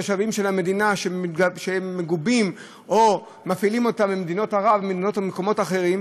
תושבים של המדינה שמגובים או מפעילים אותם ממדינות ערב וממקומות אחרים,